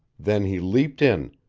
then he leaped in,